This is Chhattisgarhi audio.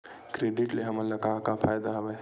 क्रेडिट ले हमन का का फ़ायदा हवय?